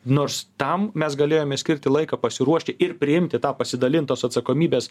nors tam mes galėjome skirti laiką pasiruošti ir priimti tą pasidalintos atsakomybės